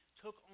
took